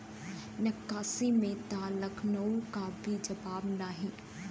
नक्काशी में त लखनऊ क भी जवाब नाही